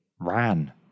Ran